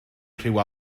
rhyw